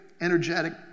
energetic